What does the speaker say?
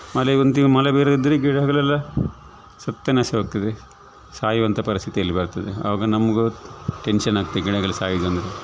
ಮಳೆ ಒಂದು ತಿಂಗ್ಳು ಮಳೆ ಬೇರೆ ಇದ್ರೆ ಗಿಡಗಳೆಲ್ಲ ಸತ್ಯನಾಶವಾಗ್ತದೆ ಸಾಯುವಂಥ ಪರಿಸ್ಥಿತಿ ಅಲ್ಲಿ ಬರ್ತದೆ ಆವಾಗ ನಮಗೂ ಟೆನ್ಷನ್ನಾಗುತ್ತೆ ಗಿಡಗಳು ಸಾಯೋದು ಅಂದರೆ